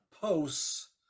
posts